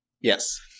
Yes